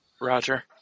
Roger